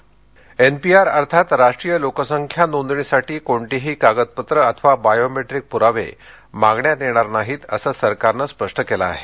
NPR NPR अर्थात राष्ट्रीय लोकसंख्या नोंदणीसाठी कोणतीही कागदपत्रं अथवा बायोमेट्रीक प्रावे मागण्यात येणार नाहीत असं सरकारनं स्पष्ट केलं आहे